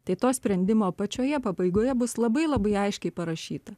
tai to sprendimo pačioje pabaigoje bus labai labai aiškiai parašyta